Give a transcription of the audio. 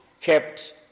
kept